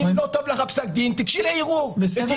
אם לא טוב לך פסק הדין תיגשי לערעור ותראי